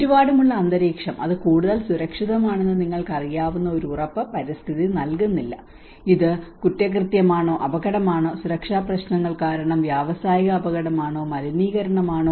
ചുറ്റുപാടുമുള്ള അന്തരീക്ഷം അത് കൂടുതൽ സുരക്ഷിതമാണെന്ന് നിങ്ങൾക്ക് അറിയാവുന്ന ഒരു ഉറപ്പ് പരിസ്ഥിതി നൽകുന്നില്ല ഇത് കുറ്റകൃത്യമാണോ അപകടമാണോ സുരക്ഷാ പ്രശ്നങ്ങൾ കാരണം വ്യാവസായിക അപകടമാണോ ഇത് മലിനീകരണ വശമാണോ